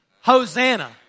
Hosanna